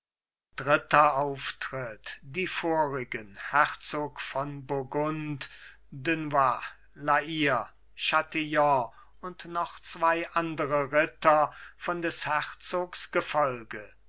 dritter auftritt die vorigen herzog von burgund dunois la hire chatillon und noch zwei andere ritter von des herzogs gefolge